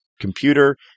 computer